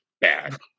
bad